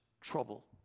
trouble